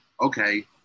okay